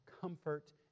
comfort